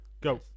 go